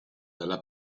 dalla